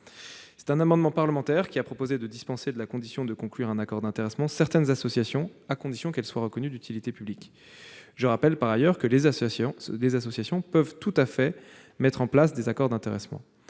C'est par un amendement parlementaire qu'il a été proposé de dispenser de la condition de conclure un accord d'intéressement certaines associations, à condition qu'elles soient reconnues d'utilité publique. Je rappelle par ailleurs que les associations peuvent tout à fait mettre en place des accords d'intéressement.